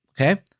Okay